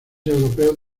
europeos